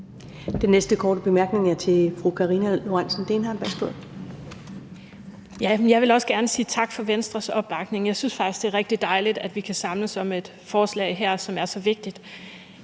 Dehnhardt. Værsgo. Kl. 12:18 Karina Lorentzen Dehnhardt (SF): Jeg vil også gerne sige tak for Venstres opbakning. Jeg synes faktisk, det er rigtig dejligt, at vi kan samles om et forslag her, som er så vigtigt.